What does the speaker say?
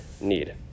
need